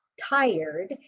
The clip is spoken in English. tired